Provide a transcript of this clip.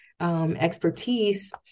expertise